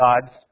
God's